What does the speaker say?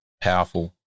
powerful